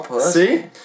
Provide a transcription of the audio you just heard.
see